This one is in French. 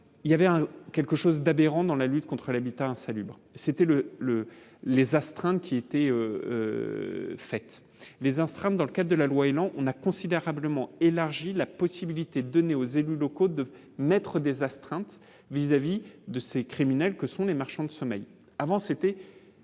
il y avait quelque chose d'aberrant dans la lutte contre l'habitat insalubre, c'était le le les astreintes qui était fait les astreintes, dans le cas de la loi élan on a considérablement élargi la possibilité donnée aux élus locaux, de mettre des astreintes vis-à-vis de ces criminels, que sont les marchands de sommeil avant c'était